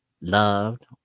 Loved